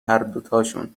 هردوتاشون